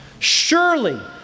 Surely